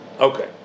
Okay